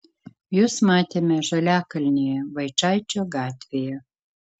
jus matėme žaliakalnyje vaičaičio gatvėje